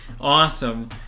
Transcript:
awesome